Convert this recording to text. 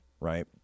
right